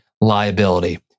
liability